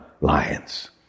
lions